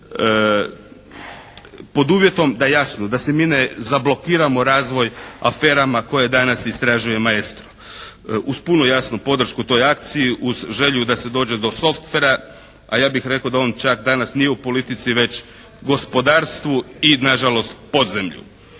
Pod uvjetom da jasno, da se mi ne zablokiramo razvoj aferama koje danas istražuje "Maestro". Uz punu jasno podršku toj akciji, uz želju da se dođe do softvera a ja bih rekao da on čak danas nije u politici već gospodarstvu i nažalost podzemlju.